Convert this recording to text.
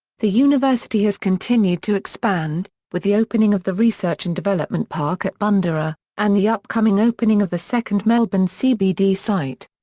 the university has continued to expand, with the opening of the research and development park at bundoora, and the upcoming opening of a second melbourne cbd site.